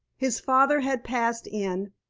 his father had passed in,